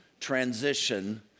transition